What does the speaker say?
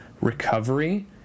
recovery